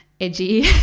edgy